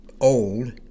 old